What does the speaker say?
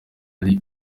ari